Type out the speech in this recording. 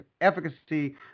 efficacy